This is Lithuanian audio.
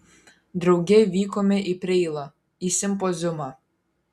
drauge vykome į preilą į simpoziumą